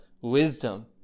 wisdom